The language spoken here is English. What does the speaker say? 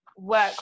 Work